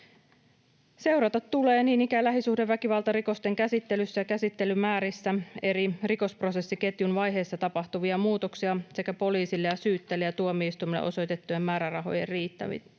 Seurata tulee niin ikään lähisuhdeväkivaltarikosten käsittelyssä ja käsittelymäärissä eri rikosprosessiketjun vaiheissa tapahtuvia muutoksia sekä poliisille ja syyttäjälle ja tuomioistuimelle osoitettujen määrärahojen riittävyyttä.